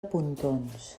pontons